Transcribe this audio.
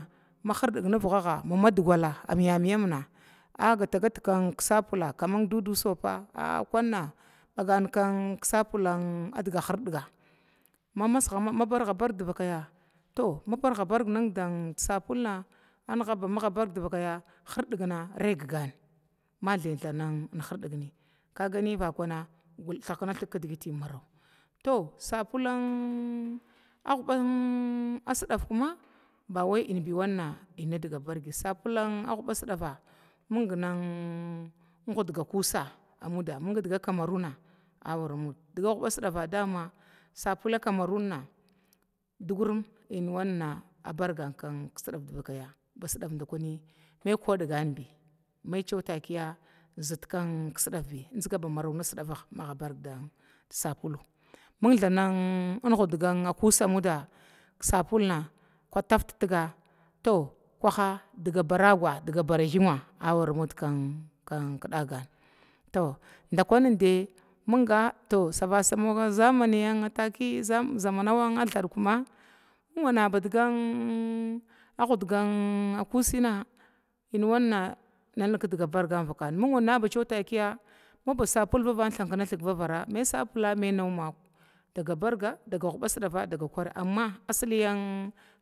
Ma hirdi navgaga ma madgula amyamiyam na a gata gat kin kin sabula kaman dudu supa a'a kunna bayan kan kan sabulan sabulan adge hirdiga, ma masga homa barga bar divakaya to ma barga bar nin di sabulu na anigaba anigaba agabar divakaya hirdigna rigan maithy thanin hirdigni kagani vakuna thgkina thiga kidgiti marau to sabulan an an huba sidav kuma bawai aibi wanna diga bargbi sabule a guba sidava minga nih guda kusa amuda diga kamiruna awara muda diga guba sidiva daman sabula kamiruna dugru ənwanna abargan sidav divakaya ba sidav dikuna ma kudigani mai ciwa takiya sit kisidavni ziga samaru sidavah maga bardin sabula, ming thab guda kusa muda sabulna ka tavtiga to kuha diga baraga diga bar gyunwa awara muda kin kin dagana to dakun dai muga to savasig dama zamaniya taki zamana thaɗa kuma munga badgan an hudga kusina ənwanne nal niga kidga bargana ming wan ciwa takiya maba sabula thankina thiga diga barga diga huba sidava amma asaliya.